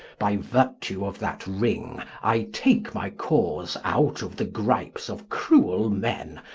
by vertue of that ring, i take my cause out of the gripes of cruell men,